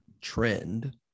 trend